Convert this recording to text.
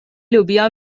لوبیا